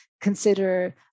consider